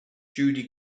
judy